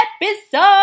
episode